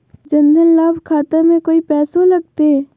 जन धन लाभ खाता में कोइ पैसों लगते?